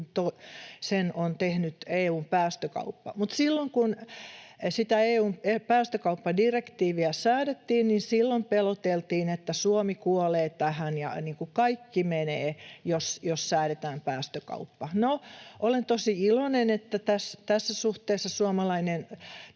sen on tehnyt EU:n päästökauppa. Mutta silloin kun sitä EU:n päästökauppadirektiiviä säädettiin, peloteltiin, että Suomi kuolee tähän ja niin kuin kaikki menee, jos säädetään päästökauppa. No, olen tosi iloinen, että tässä suhteessa suomalainen